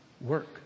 work